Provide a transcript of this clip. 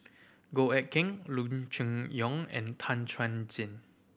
Goh Eck Kheng Loo Choon Yong and Tan Chuan Jin